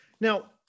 Now